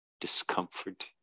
discomfort